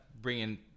bringing